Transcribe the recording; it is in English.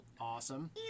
Awesome